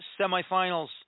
semifinals